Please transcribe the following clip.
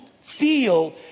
feel